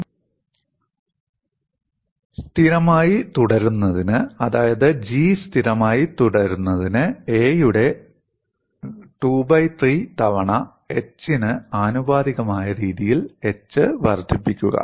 നമ്മൾ ചെയ്യേണ്ടത് പദപ്രയോഗം സ്ഥിരമായി തുടരുന്നതിന് അതായത് ജി സ്ഥിരമായി തുടരുന്നതിന് a യുടെ ⅔ തവണ hന് ആനുപാതികമായ രീതിയിൽ h വർദ്ധിപ്പിക്കുക